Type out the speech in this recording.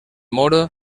moro